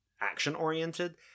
Action-oriented